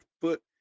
foot